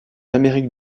amérique